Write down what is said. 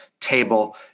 table